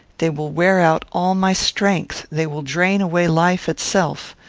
they will wear out all my strength. they will drain away life itself.